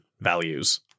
values